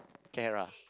Clara